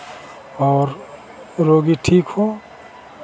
और रोगी ठीक हो